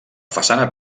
façana